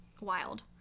Wild